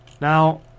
Now